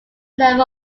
level